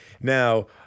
Now